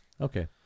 Okay